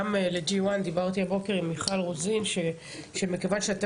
גם ל- G1 דיברתי הבוקר עם מיכל רוזין שמכיוון שאתם